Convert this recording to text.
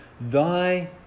Thy